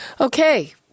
Okay